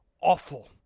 awful